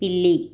పిల్లి